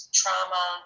trauma